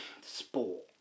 sport